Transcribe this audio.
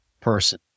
person